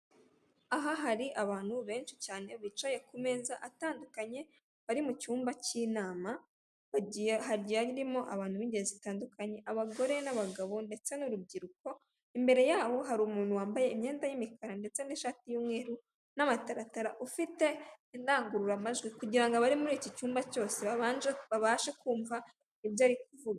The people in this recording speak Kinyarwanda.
Aha hari abantu benshi cyane bicaye ku meza atandukanye, bari mu cyumba cy'inama hagiye harimo abantu b'ingeri zitandukanye, abagore n'abagabo ndetse n'urubyiruko, imbere yaho hari umuntu wambaye imyenda y'imikara ndetse n'ishati y'umweru n'amataratara, ufite indangururamajwi kugira ngo abari muri iki cyumba cyose babashe kumva ibyo ari kuvuga.